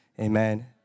amen